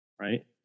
right